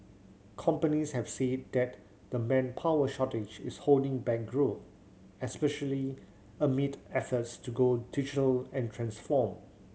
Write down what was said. companies have said that the manpower shortage is holding back growth especially amid efforts to go digital and transform